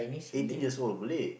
eighteen years old Malay